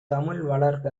தமிழ்வளர்க